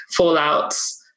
fallouts